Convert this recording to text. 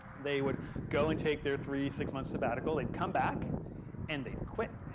they would go and take their three, six months sabbatical. they'd come back and they'd quit.